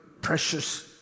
precious